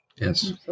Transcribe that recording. Yes